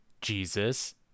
Jesus